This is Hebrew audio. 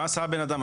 מה עשה הבן אדם?